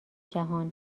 جهان